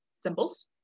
symbols